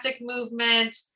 movement